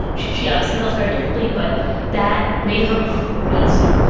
she obviously feels very differently. but that made her crazy.